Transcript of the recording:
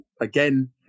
again